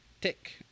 tick